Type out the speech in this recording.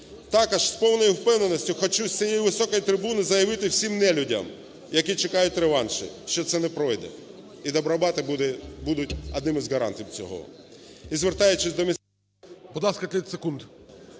Також з повною впевненістю хочу з цієї високої трибуни заявити всім нелюдам, які чекаютьреваншів, що це не пройде, і добробати будуть одним із гарантів цього.